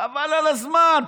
חבל על הזמן.